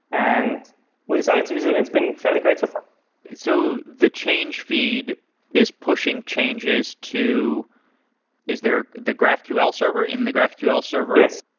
and we decided to use it and it's been fairly great so far so the change feed is pushing changes to is there the graphql server, in the graphql server yes,